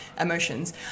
emotions